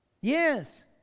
Yes